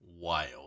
wild